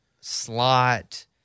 slot